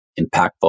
impactful